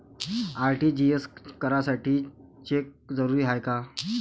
RTGS करासाठी cheque जरुरीचा हाय काय?